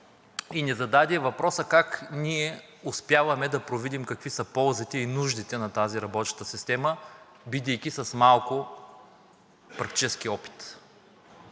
и не зададе въпроса как ние успяваме да провидим какви са ползите и нуждите на тази работеща система, бидейки с малко практически опит?